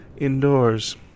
indoors